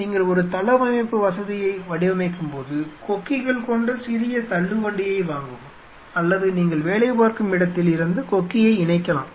நீங்கள் ஒரு தளவமைப்பு வசதியை வடிவமைக்கும் போது கொக்கிகள் கொண்ட சிறிய தள்ளுவண்டியை வாங்கவும் அல்லது நீங்கள் வேலைபார்க்கும் இடத்தில் இருந்து கொக்கியை இணைக்கலாம்